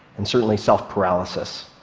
and certainly self-paralysis.